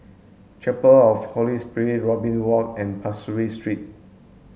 chapel of the Holy Spirit Robin Walk and Pasir Ris Street